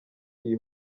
iyi